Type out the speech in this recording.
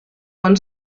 bon